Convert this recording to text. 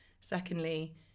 Secondly